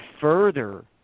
further